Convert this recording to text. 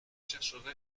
chercherai